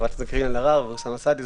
חברי הכנסת קארין אלהרר ואוסאמה סעדי,